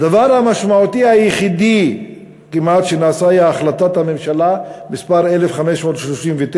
הדבר המשמעותי היחידי כמעט שנעשה הוא החלטת הממשלה מס' 1539,